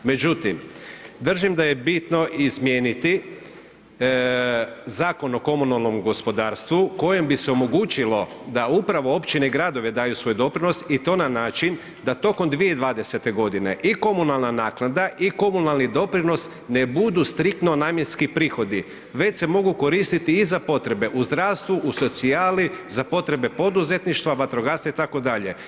Međutim, držim da je bitno izmijeniti Zakon o komunalnom gospodarstvu kojim bi se omogućilo da upravo općine i gradovi daju svoj doprinos i to na način da tokom 2020. godine i komunalna naknada i komunalni doprinos ne budu striktno namjenski prihodi već se mogu koristiti i za potrebe u zdravstvu, u socijali, za potrebe poduzetništva, vatrogastva itd.